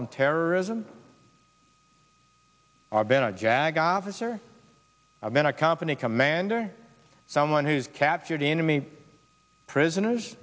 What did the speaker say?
on terrorism i've been a jag officer i've been a company commander someone who's captured enemy prisoners